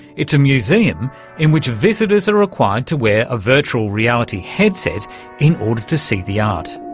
it's a museum in which visitors are required to wear a virtual reality headset in order to see the art.